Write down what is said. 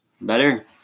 better